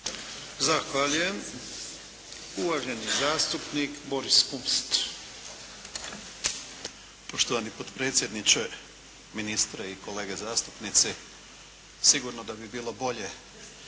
Zahvaljujem. Uvaženi zastupnik Boris Kunst. **Kunst, Boris (HDZ)** Poštovani potpredsjedniče, ministre i kolege zastupnici. Sigurno da bi bilo bolje